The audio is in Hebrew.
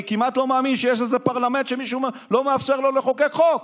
אני כמעט לא מאמין שיש איזה פרלמנט שמישהו לא מאפשר לו לחוקק חוק.